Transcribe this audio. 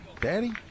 daddy